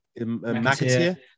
McAteer